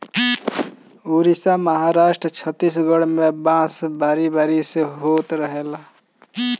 उड़ीसा, महाराष्ट्र, छतीसगढ़ में बांस बारी बारी से होत रहेला